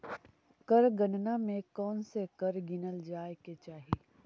कर गणना में कौनसे कर गिनल जाए के चाही